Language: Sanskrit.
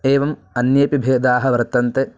एवम् अन्येपि भेदाः वर्तन्ते